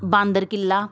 ਬਾਂਦਰ ਕਿੱਲਾ